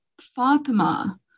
Fatima